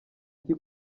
iki